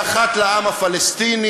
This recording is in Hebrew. ואחת לעם הפלסטיני,